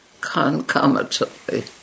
concomitantly